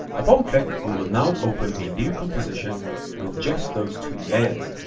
upon click, we will now open a new composition with just those two layers.